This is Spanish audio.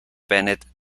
bennett